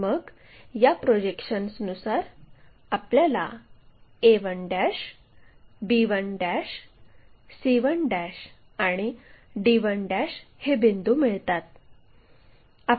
मग या प्रोजेक्शन्सनुसार आपल्याला a1 b1 c1 आणि d1 हे बिंदू मिळतात